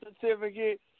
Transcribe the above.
certificate